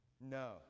No